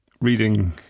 reading